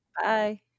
bye